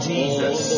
Jesus